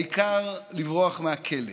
העיקר לברוח מהכלא.